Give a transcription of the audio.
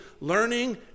learning